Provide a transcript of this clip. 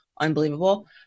unbelievable